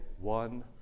one